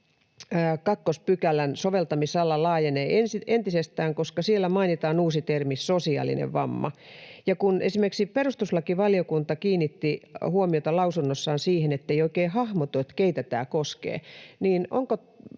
kakkospykälän soveltamisala laajenee entisestään, koska siellä mainitaan uusi termi ”sosiaalinen vamma”. Kun esimerkiksi perustuslakivaliokunta kiinnitti huomiota lausunnossaan siihen, ettei oikein hahmotu, keitä tämä koskee,